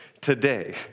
today